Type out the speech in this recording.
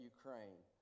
Ukraine